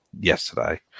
yesterday